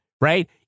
Right